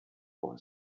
boy